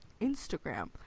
instagram